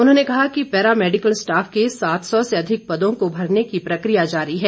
उन्होंने कहा कि पैरा मैडीकल स्टाफ के सात सौ से अधिक पदों को भरने की प्रक्रिया जारी है